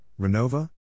Renova